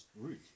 root